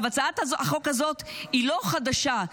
הצעת החוק הזאת לא חדשה.